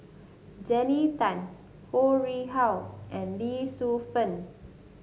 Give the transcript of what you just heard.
Jannie Tay Ho Rih Hwa and Lee Shu Fen